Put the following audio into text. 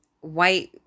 white